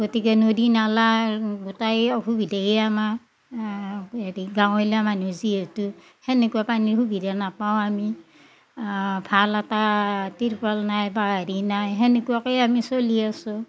গতিকে নদী নলাৰ গোটাই অসুবিধায়ে আমাৰ হেৰি গাঁৱলীয়া মানহু যিহেতু তেনেকুৱা পানীৰ সুবিধা নাপাওঁ আমি ভাল এটা তিৰপাল নাই বা হেৰি নাই তেনেকুৱাকেই আমি চলি আছোঁ